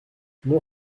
non